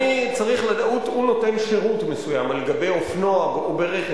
הוא נותן שירות מסוים על אופנוע או ברכב.